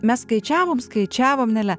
mes skaičiavom skaičiavom nele